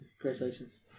congratulations